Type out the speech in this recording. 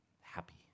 Happy